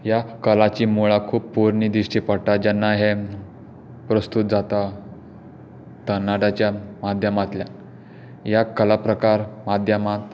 ह्या कलाची मूळां खूब पोरणी दिश्टी पडटा जेन्ना हे प्रस्तूत जाता तरणाट्याच्या माध्यमांतल्यान ह्या कला प्रकार माध्यमांत